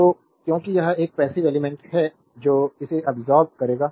तो क्योंकि यह एक पैसिव एलिमेंट्स है जो इसे अब्सोर्बेद करेगा